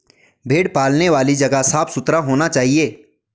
भेड़ पालने वाली जगह साफ सुथरा होना चाहिए